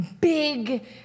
big